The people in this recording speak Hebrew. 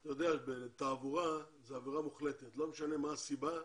בתעבורה זו עבירה מוחלטת ולא משנה מה הסיבה,